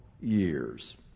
years